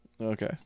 Okay